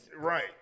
Right